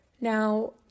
Now